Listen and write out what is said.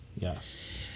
Yes